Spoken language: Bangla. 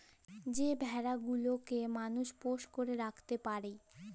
যে ভেড়া গুলাকে মালুস ঘরে পোষ্য করে রাখত্যে পারে